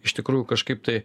iš tikrųjų kažkaip tai